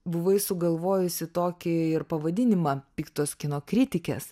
buvai sugalvojusi tokį ir pavadinimą piktos kino kritikės